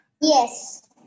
Yes